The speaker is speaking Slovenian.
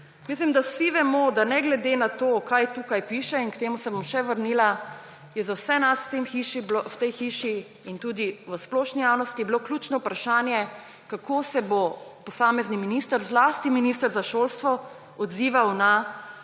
Mislim, da vsi vemo, da ne glede na to, kaj tukaj piše, in k temu se bom še vrnila, je bilo za vse nas v tej hiši in tudi v splošni javnosti ključno vprašanje, kako se bo posamezni minister, zlasti minister za šolstvo, odzival na to epidemijo,